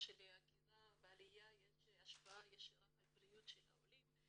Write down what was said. שלהגירה ועליה יש השפעה ישירה על בריאות העולים.